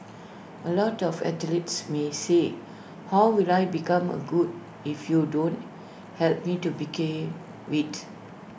A lot of athletes may say how will I become A good if you don't help me to begin with